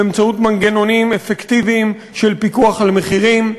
באמצעות מנגנונים אפקטיביים של פיקוח על מחירים,